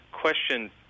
question